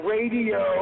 Radio